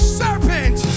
serpent